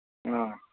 ꯑꯥ